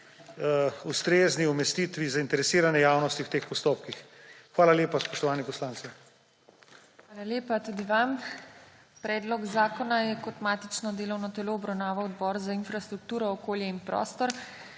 ustrezni umestitvi zainteresirane javnosti v teh postopkih. Hvala lepa, spoštovani poslanci. **PODPREDSEDNICA TINA HEFERLE:** Hvala lepa tudi vam. Predlog zakona je kot matično delovno telo obravnaval Odbor za infrastrukturo, okolje in prostor.